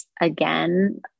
again